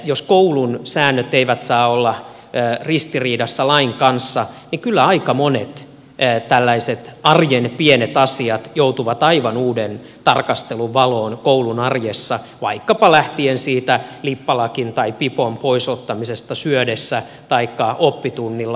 jos koulun säännöt eivät saa olla ristiriidassa lain kanssa niin kyllä aika monet tällaiset arjen pienet asiat joutuvat aivan uuden tarkastelun valoon koulun arjessa vaikkapa lähtien siitä lippalakin tai pipon pois ottamisesta syödessä taikka oppitunnilla